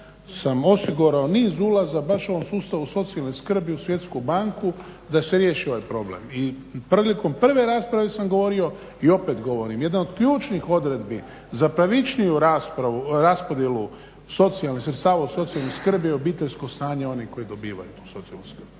sam osigurao niz ulaza baš u ovom sustavu socijalne skrbi u svjetsku banku da se riješi ovaj problem i prilikom prve rasprave sam govorio i opet govorim. Jedna od ključnih odredbi za pravičniju raspodjelu socijalnih sredstava u socijalnoj skrbi i obiteljsko stanje oni koji dobivaju tu socijalnu skrb.